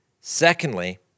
Secondly